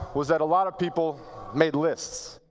was that a lot of people made lists.